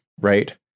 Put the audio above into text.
right